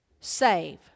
save